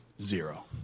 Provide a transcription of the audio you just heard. Zero